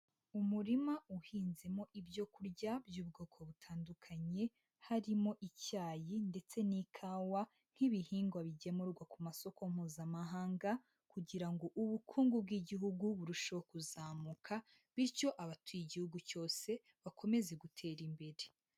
Umurima uhinzemo ibyo kurya by'ubwoko butandukanye, harimo icyayi ndetse n'ikawa nk'ibihingwa bigemurwa ku masoko mpuzamahanga kugira ngo ubukungu bw'Igihugu burusheho kuzamuka, bityo abatuye Igihugu cyose bakomeze gutera imbere.